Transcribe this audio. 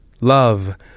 Love